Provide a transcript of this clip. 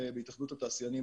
בהתאחדות התעשיינים,